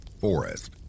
forest